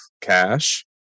cash